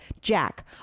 jack